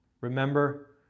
Remember